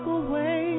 away